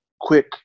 quick